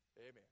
amen